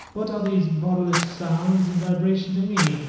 what are these bodiless sounds and vibration to me?